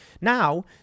Now